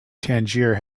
tangier